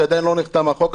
כי עדיין לא נחתם החוק.